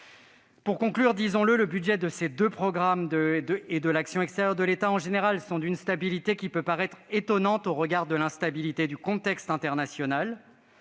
France. Disons-le, le budget de ces deux programmes et celui de l'action extérieure de l'État en général sont d'une stabilité qui peut paraître étonnante au regard de l'instabilité du contexte international.